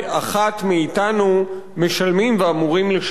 ואחת מאתנו משלם ואמור לשלם,